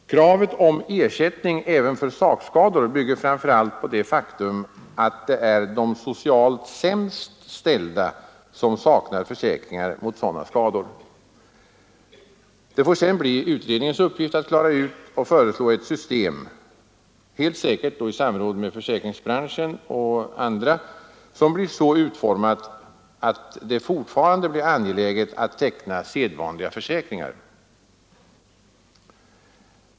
Kravet om ersättning även för sakskador bygger framför allt på det faktum att det är de socialt sämst ställda som saknar försäkringar mot sådana skador. Det får sedan bli utredningens uppgift att klara ut och föreslå ett system — helt säkert i samråd med bl.a. försäkringsbranschen — som blir så utformat att det fortfarande blir angeläget att teckna sedvanliga försäkringar.